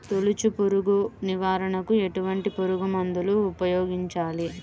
తొలుచు పురుగు నివారణకు ఎటువంటి పురుగుమందులు ఉపయోగించాలి?